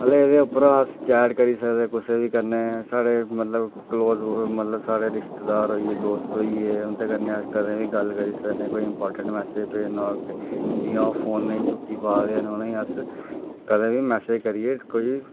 अस इ'दे प्रोसस च ऐड करी सकने कुसे बी कन्नै मतलब कलोज मतलब साढ़े रिश्तेदार होइये दोस्त होइये उं'दे कन्नै अस कदें बी गल्ल करी सकने कोई इमपोटेंट मैसेज भेजना होऐ जियां ओह् फोन नेई चुक्की पांदे उ'नेंगी अस कदें बी मैसेज करियै कोई